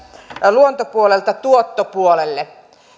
luontopuolelta tuottopuolelle